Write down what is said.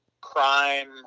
crime